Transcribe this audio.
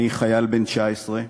אני חייל בן 19,